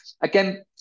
Again